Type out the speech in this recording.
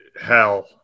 hell